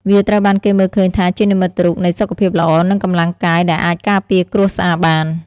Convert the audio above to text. វាត្រូវបានគេមើលឃើញថាជានិមិត្តរូបនៃសុខភាពល្អ និងកម្លាំងកាយដែលអាចការពារគ្រួសារបាន។